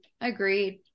Agreed